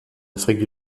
afrique